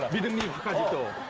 he suddenly go